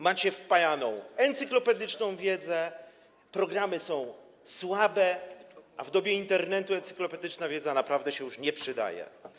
Macie wpajaną encyklopedyczną wiedzę, programy są słabe, a w dobie Internetu encyklopedyczna wiedza naprawdę się już nie przydaje.